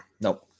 Nope